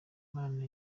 imana